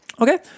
okay